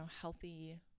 healthy